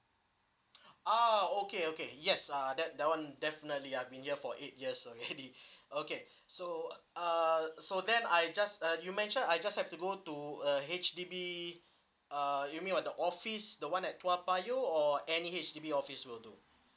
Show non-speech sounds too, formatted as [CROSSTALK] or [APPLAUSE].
[NOISE] ah okay okay yes uh that that one definitely I've been here for eight years [LAUGHS] already okay so uh so then I just uh you mention I just have to go to uh H_D_B uh you mean what the office the one at toa payoh or any H_D_B office will do